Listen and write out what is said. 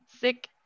sick